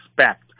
expect